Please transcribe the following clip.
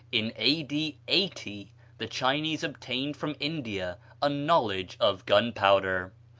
in a d. eighty the chinese obtained from india a knowledge of gunpowder.